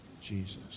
Jesus